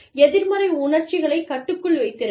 எதிர்மறை உணர்ச்சிகளைக் கட்டுக்குள் வைத்திருங்கள்